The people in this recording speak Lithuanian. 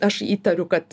aš įtariu kad